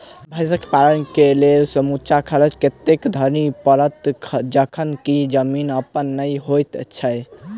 भैंसक पालन केँ लेल समूचा खर्चा कतेक धरि पड़त? जखन की जमीन अप्पन नै होइत छी